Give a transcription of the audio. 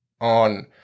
on